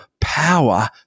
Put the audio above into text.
power